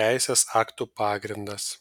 teisės aktų pagrindas